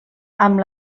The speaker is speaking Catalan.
amb